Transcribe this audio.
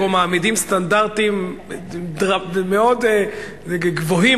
פה מעמידים סטנדרטים מאוד גבוהים,